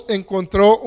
encontró